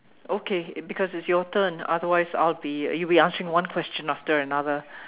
okay because it's your turn otherwise I'll be you'll be answering one question after another